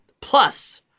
Plus